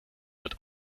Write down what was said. wird